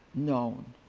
known.